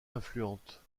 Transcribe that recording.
influentes